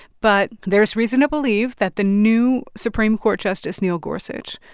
but there's reason to believe that the new supreme court justice, neil gorsuch,